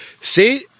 See